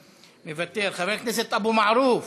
מוותר, חבר הכנסת אבו מערוף,